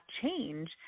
change